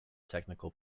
technical